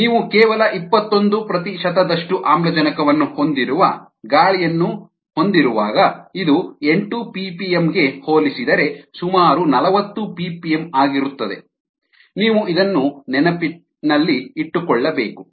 ನೀವು ಕೇವಲ ಇಪ್ಪತ್ತೊಂದು ಪ್ರತಿಶತದಷ್ಟು ಆಮ್ಲಜನಕವನ್ನು ಹೊಂದಿರುವ ಗಾಳಿಯನ್ನು ಹೊಂದಿರುವಾಗ ಇದು ಎಂಟು ಪಿಪಿಎಂ ಗೆ ಹೋಲಿಸಿದರೆ ಸುಮಾರು ನಲವತ್ತು ಪಿಪಿಎಂ ಆಗಿರುತ್ತದೆ ನೀವು ಇದನ್ನು ನೆನಪಿನಲ್ಲಿಟ್ಟುಕೊಳ್ಳಬೇಕು